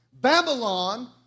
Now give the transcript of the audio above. Babylon